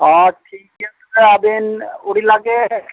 ᱦᱮᱸ ᱴᱷᱤᱠ ᱜᱮᱭᱟ ᱛᱚᱵᱮ ᱟᱹᱵᱤᱱ ᱩᱰᱤ ᱞᱟᱜᱮ